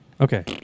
Okay